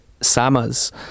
Samas